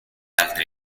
altre